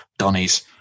Donnies